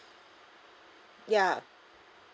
ya